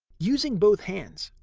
using both hands,